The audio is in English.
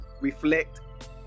reflect